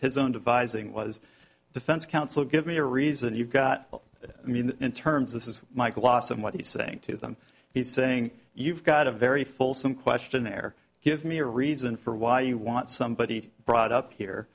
his own devising was defense counsel give me a reason you've got to mean in terms this is michael awesome what he's saying to them he's saying you've got a very fulsome questionnaire give me a reason for why you want somebody brought up here